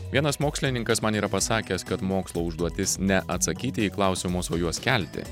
vienas mokslininkas man yra pasakęs kad mokslo užduotis ne atsakyti į klausimus o juos kelti